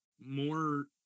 more